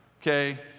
okay